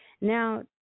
Now